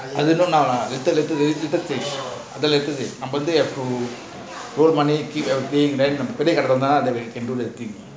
அது இன்னும் நான்:athu innum naan work one day keep everything அத வந்து நான் பெரிய காட வந்த:atha vanthu naan periya kaada vantha into the thing